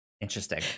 Interesting